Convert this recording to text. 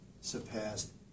surpassed